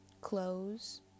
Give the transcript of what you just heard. clothes